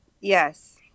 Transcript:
Yes